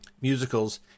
musicals